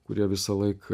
kurie visą laik